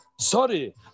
sorry